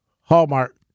Hallmark